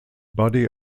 body